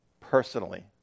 personally